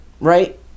right